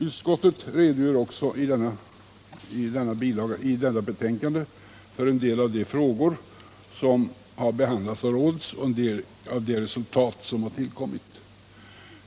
Utskottet redogör också i detta betänkande för en del av de frågor som har behandlats av rådet och de resultat som har uppnåtts.